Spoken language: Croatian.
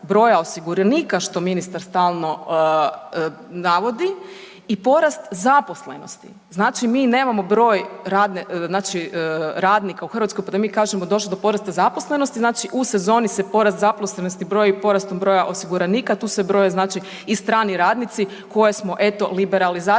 broja osiguranika što ministar stalno navodi i porast zaposlenosti. Znači mi nemamo broj radnika u Hrvatskoj pa da mi kažemo došlo je do porasta zaposlenosti, znači u sezoni se porast zaposlenosti broji porastom broja osiguranika tu se broje i strani radnici koje smo eto liberalizacijom